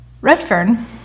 Redfern